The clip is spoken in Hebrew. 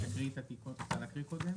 תקריאי את התיקון קודם.